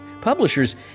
Publishers